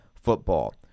football